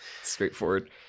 Straightforward